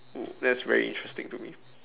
uh that's very interesting to me